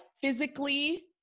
physically